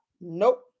Nope